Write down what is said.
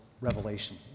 revelation